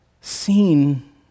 seen